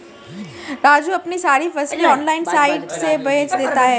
राजू अपनी सारी फसलें ऑनलाइन साइट से बेंच देता हैं